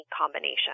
combination